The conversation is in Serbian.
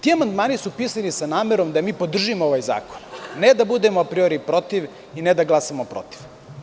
Ti amandmani su pisani sa namerom da mi podržimo ovaj zakon, ne da budemo apriori protiv i ne da glasamo protiv.